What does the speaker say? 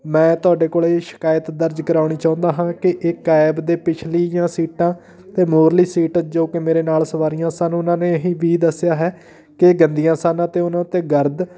ਮੈਂ ਤੁਹਾਡੇ ਕੋਲ ਇਹ ਸ਼ਿਕਾਇਤ ਦਰਜ ਕਰਵਾਉਣੀ ਚਾਹੁੰਦਾ ਹਾਂ ਕਿ ਇਹ ਕੈਬ ਦੇ ਪਿਛਲੀਆਂ ਸੀਟਾਂ ਅਤੇ ਮੂਹਰਲੀ ਸੀਟ ਜੋ ਕਿ ਮੇਰੇ ਨਾਲ ਸਵਾਰੀਆਂ ਸਨ ਇਹਨਾਂ ਨੇ ਇਹੀ ਵੀ ਦੱਸਿਆ ਹੈ ਕਿ ਗੰਦੀਆਂ ਸਨ ਅਤੇ ਉਹਨਾਂ 'ਤੇ ਗਰਦ